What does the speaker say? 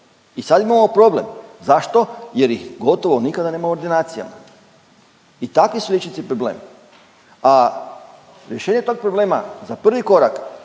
I sad imamo problem. Zašto? Jer ih gotovo nikada nema u ordinacijama. I takvi su liječnici problem, a rješenje tog problema za prvi korak